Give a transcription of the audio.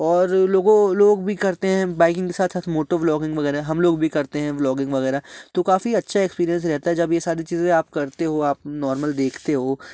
और लोगों लोग भी करते हैं बाइकिंग के साथ साथ मोटो व्लोगिंग वगैरह हम लोग भी करते हैं व्लोगिंग वगैरह तो काफ़ी अच्छा एक्स्पीरेंस रहता है जब ये सारी चीज़ें आप करते हो आप नार्मल देखते हो